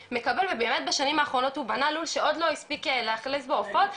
ובאמת בשנים האחרונות הוא בנה לול שעוד לא הספיק להאכלס בו עופות,